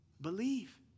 believe